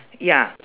ya